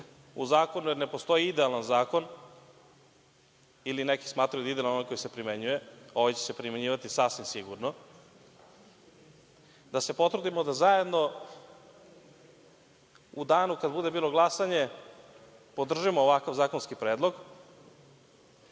u zakonu, jer ne postoji idealni zakon, ili neki smatraju da je idealan onaj koji se primenjuje. Ovaj će se primenjivati sasvim sigurno, da se potrudimo da zajedno u danu kada bude glasanje podržimo ovakav zakonski predlog